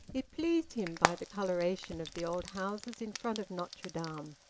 it pleased him by the coloration of the old houses in front of notre-dame,